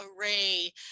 array